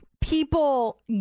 people